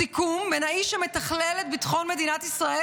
הסיכום בין האיש שמתכלל את ביטחון מדינת ישראל,